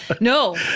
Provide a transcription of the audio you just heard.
No